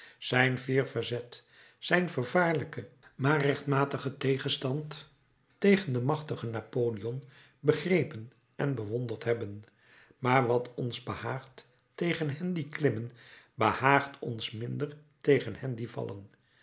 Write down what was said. zijn fier verzet zijn gevaarlijken maar rechtmatigen tegenstand tegen den machtigen napoleon begrepen en bewonderd hebben maar wat ons behaagt tegen hen die klimmen behaagt ons minder tegen hen die vallen